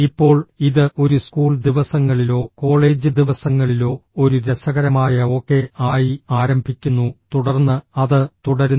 ഇപ്പോൾ ഇത് ഒരു സ്കൂൾ ദിവസങ്ങളിലോ കോളേജ് ദിവസങ്ങളിലോ ഒരു രസകരമായ ഓക്കേ ആയി ആരംഭിക്കുന്നു തുടർന്ന് അത് തുടരുന്നു